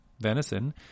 venison